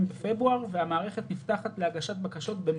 בפברואר והמערכת נפתחת להגשת בקשות במאי,